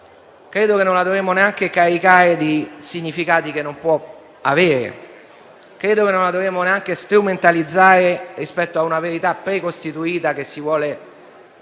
Credo che non la dovremmo neanche caricare di significati che non può avere, né strumentalizzare rispetto a una verità precostituita che si vuole